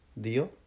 Dio